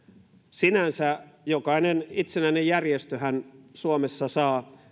sinänsä jokainen itsenäinen järjestöhän suomessa saa